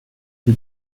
wie